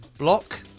Block